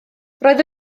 roedd